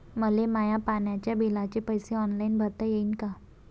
मले माया पाण्याच्या बिलाचे पैसे ऑनलाईन भरता येईन का?